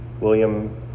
William